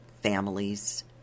families